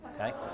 Okay